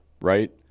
right